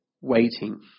waiting